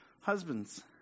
husbands